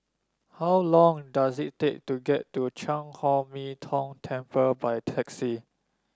how long does it take to get to Chan Chor Min Tong Temple by taxi